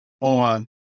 on